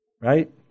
Right